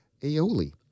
aioli